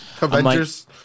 Avengers